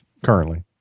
currently